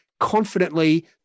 confidently